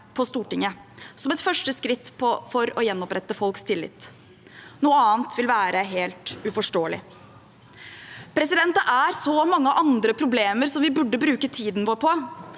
på Stortinget som et første skritt for å gjenopprette folks tillit. Noe annet ville være helt uforståelig. Det er så mange andre problemer som vi burde bruke tiden vår på.